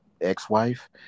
ex-wife